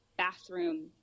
Bathroom